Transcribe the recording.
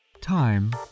time